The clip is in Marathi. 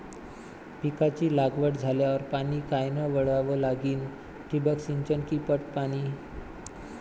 पिकाची लागवड झाल्यावर पाणी कायनं वळवा लागीन? ठिबक सिंचन की पट पाणी?